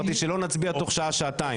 אמרתי, שלא נצביע תוך שעה, שעתיים.